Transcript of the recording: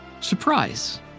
Surprise